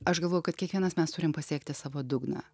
aš galvoju kad kiekvienas mes turim pasiekti savo dugną